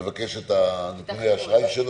מבקש את נתוני האשראי שלו,